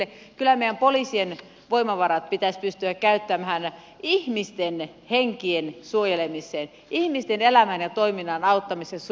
kyllä meidän poliisien voimavarat pitäisi pystyä käyttämään ihmisten henkien suojelemiseen ihmisten elämän ja toiminnan auttamiseen ja suojelemiseen